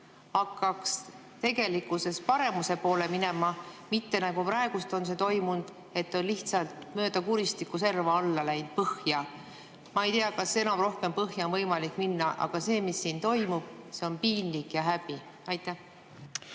hakkaks tegelikkuses paremuse poole minema, mitte nagu praegu on toimunud, et see on lihtsalt mööda kuristiku serva alla läinud, põhja. Ma ei tea, kas enam rohkem põhja on võimalik minna, aga see, mis siin toimub, see on piinlik ja häbi.